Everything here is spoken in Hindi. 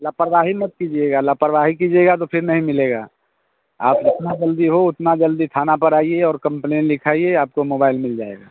लापरवाही मत कीजिएगा लापरवाही कीजिएगा तो फिर नहीं मिलेगा आप जितना जल्दी हो उतना जल्दी थाना पर आइए और कंप्लेन लिखाइए आपको मोबाईल मिल जाएगा